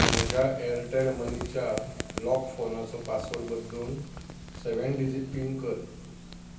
म्हज्या एरटॅल मनीच्या लॉक फोनाचो पासवर्ड बदलून सॅवॅन डिजीट पीन कर